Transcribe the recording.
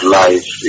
life